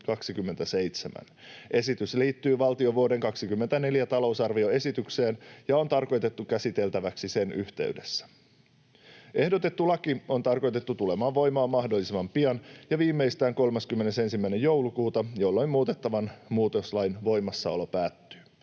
Esitys liittyy valtion vuoden 24 talousarvioesitykseen ja on tarkoitettu käsiteltäväksi sen yhteydessä. Ehdotettu laki on tarkoitettu tulemaan voimaan mahdollisimman pian ja viimeistään 31. joulukuuta, jolloin muutettavan muutoslain voimassaolo päättyy.